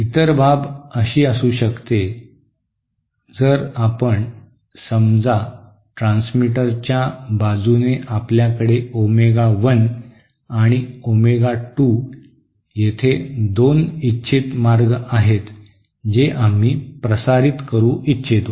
इतर बाब अशी असू शकते जर आपण समजा ट्रान्समीटरच्या बाजूने आपल्याकडे ओमेगा 1 आणि ओमेगा 2 येथे दोन इच्छित मार्ग आहेत जे आम्ही प्रसारित करू इच्छितो